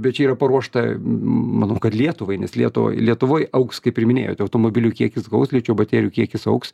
bet čia yra paruošta manau kad lietuvai nes lietuva lietuvoje augs kaip ir minėjot automobilių kiekis gaus ličio baterijų kiekis augs